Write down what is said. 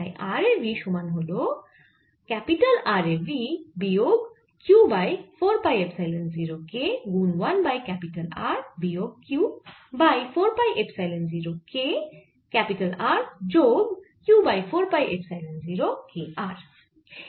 তাই r এ v সমান হল R এ v বিয়োগ Q by 4 pi epsilon 0 k গুন 1 বাই ক্যাপিটাল R বিয়োগ Q by 4 pi epsilon 0 k R যোগ Q by 4 pi epsilon 0 k r